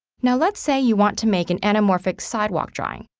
now let's say you want to make an anamorphic sidewalk drawing.